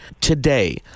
Today